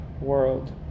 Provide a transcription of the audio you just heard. world